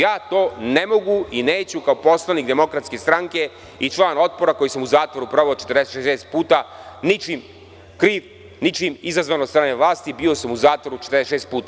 Ja to ne mogu i neću kao poslanik DS i član Otpora, koji sam u zatvoru proveo 46 puta ničim kriv, ničim izazvan od strane vlasti bio sam u zatvoru 46 puta.